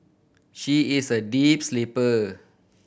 she is a deep sleeper